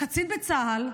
קצין בצה"ל,